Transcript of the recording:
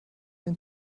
den